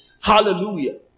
Hallelujah